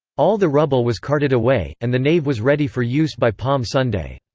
all the rubble was carted away, and the nave was ready for use by palm sunday.